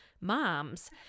moms